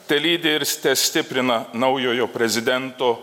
telydi irs testiprina naujojo prezidento